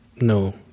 No